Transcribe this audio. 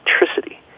electricity